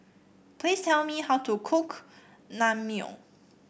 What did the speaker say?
please tell me how to cook Naengmyeon